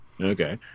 okay